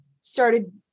started